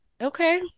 okay